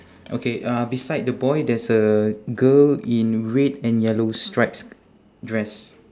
okay uh beside the boy there's a girl in red and yellow stripes dress